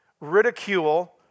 ridicule